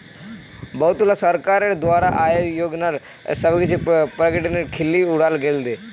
बहुतला सरकारोंर द्वारा आय योजनार स्वैच्छिक प्रकटीकरनेर खिल्ली उडाल गेल छे